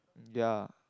ya